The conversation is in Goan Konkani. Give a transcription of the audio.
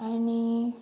आनी